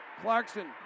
Clarkson